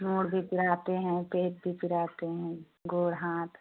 mood भी पिराते हैं पेट भी पिराते हैं गोड हाथ